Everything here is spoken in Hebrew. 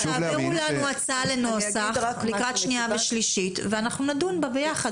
תעבירו לנו הצעה לנוסח לקראת שנייה ושלישית ואנחנו נדון בה ביחד.